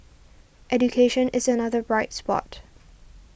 education is another bright spot